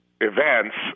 events